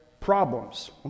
problems